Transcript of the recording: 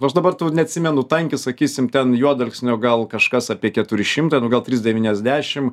nors dabar neatsimenu tankis sakysim ten juodalksnio gal kažkas apie keturi šimtai nu gal trys devyniasdešim